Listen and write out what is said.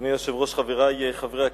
אדוני היושב-ראש, חברי חברי הכנסת,